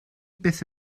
byth